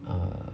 err